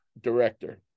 director